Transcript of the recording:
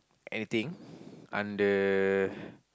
anything under